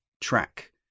track